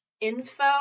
info